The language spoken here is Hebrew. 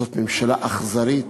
זאת ממשלה אכזרית,